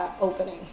opening